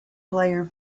player